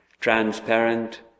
transparent